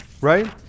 right